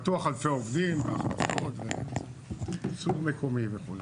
בטוח אלפי עובדים, ההכנסות, ייצור מקומי וכו'.